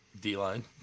D-line